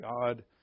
God